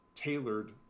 Tailored